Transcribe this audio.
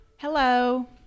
Hello